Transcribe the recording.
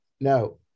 No